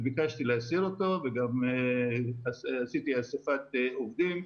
ביקשתי להסיר אותו וגם עשיתי אסיפת עובדים,